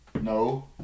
No